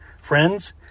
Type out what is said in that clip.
Friends